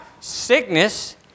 sickness